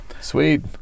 Sweet